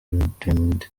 redeemed